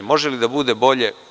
Može li da bude bolje?